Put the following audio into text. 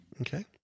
Okay